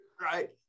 right